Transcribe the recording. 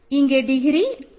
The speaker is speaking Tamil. இங்கே டிகிரி 2